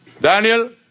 Daniel